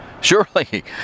Surely